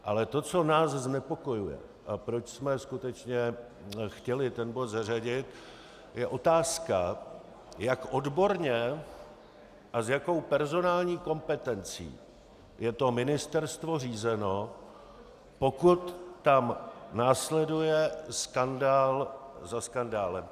Ale to, co nás znepokojuje a proč jsme skutečně chtěli bod zařadit, je otázka, jak odborně a s jakou personální kompetencí je ministerstvo řízeno, pokud tam následuje skandál za skandálem.